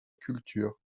culture